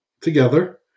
together